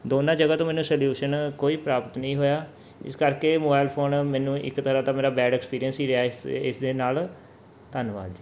ਦੋਵਾਂ ਜਗ੍ਹਾ ਤੋਂ ਮੈਨੂੰ ਸਲਿਊਸ਼ਨ ਕੋਈ ਪ੍ਰਾਪਤ ਨਹੀਂ ਹੋਇਆ ਇਸ ਕਰਕੇ ਮੋਬਾਈਲ ਫੋਨ ਮੈਨੂੰ ਇੱਕ ਤਰ੍ਹਾਂ ਦਾ ਮੇਰਾ ਬੈਡ ਐਕਸਪੀਰੀਅੰਸ ਹੀ ਰਿਹਾ ਇਸ ਇਸਦੇ ਨਾਲ ਧੰਨਵਾਦ